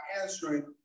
answering